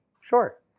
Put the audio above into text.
Sure